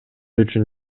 үчүн